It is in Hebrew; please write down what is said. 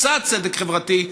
קצת צדק חברתי,